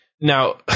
Now